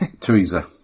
Teresa